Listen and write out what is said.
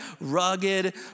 rugged